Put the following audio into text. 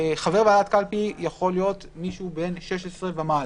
חבר ועדת קלפי יכול להיום מישהו שהוא בן 16 ומעלה.